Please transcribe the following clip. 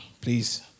please